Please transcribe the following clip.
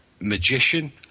magician